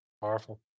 powerful